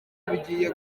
bijyiye